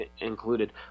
included